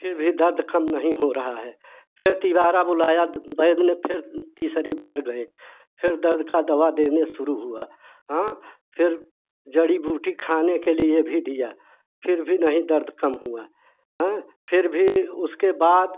फिर भी दर्द कम नहीं हो रहा है फिर तिवारा बुलाया तो वैद्य ने फिर तीसरी बार गए फिर दर्द का दवा देने शुरू हुआ हाँ फिर जड़ी बूटी खाने के लिए दिया फिर भी नहीं दर्द कम हुआ फिर भी उसके बाद